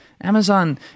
Amazon